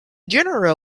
general